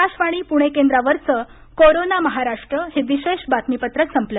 आकाशवाणी पुणे केंद्रावरचं कोरोना महाराष्ट्र हे विशेष बातमीपत्र संपलं